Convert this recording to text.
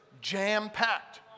jam-packed